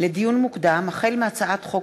לדיון מוקדם: החל בהצעת חוק